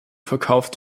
verkauft